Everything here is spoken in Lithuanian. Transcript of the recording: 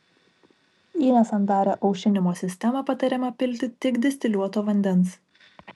į nesandarią aušinimo sistemą patariama pilti tik distiliuoto vandens